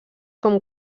com